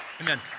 Amen